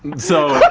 so, but